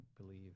believe